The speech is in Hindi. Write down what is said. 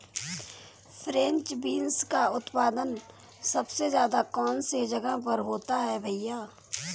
फ्रेंच बीन्स का उत्पादन सबसे ज़्यादा कौन से जगहों पर होता है भैया?